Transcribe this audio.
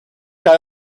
guy